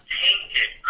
tainted